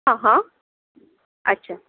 हां हां अच्छा